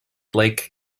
lake